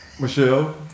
Michelle